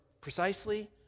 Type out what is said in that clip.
precisely